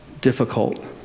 difficult